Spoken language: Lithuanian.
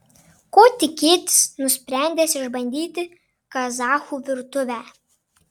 ko tikėtis nusprendęs išbandyti kazachų virtuvę